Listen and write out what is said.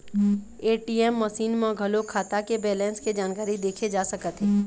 ATM machine म घलोक खाता के बेलेंस के जानकारी देखे जा सकत हे